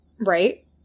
right